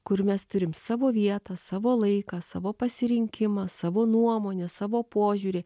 kur mes turim savo vietą savo laiką savo pasirinkimą savo nuomonę savo požiūrį